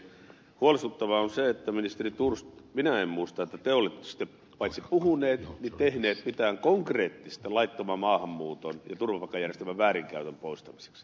huolestuttavaa on se ministeri thors että minä en muista että te olisitte paitsi puhunut niin tehnyt mitään konkreettista laittoman maahanmuuton ja turvapaikkajärjestelmän väärinkäytön poistamiseksi